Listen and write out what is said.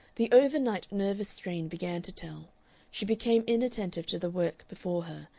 the overnight nervous strain began to tell she became inattentive to the work before her,